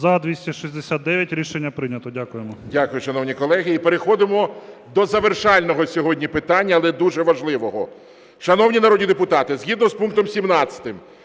12:17:18 ГОЛОВУЮЧИЙ. Дякую, шановні колеги. І переходимо до завершального сьогодні питання, але дуже важливого. Шановні народні депутати, згідно з пунктом 17